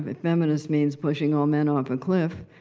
but feminist means pushing all men off a cliff,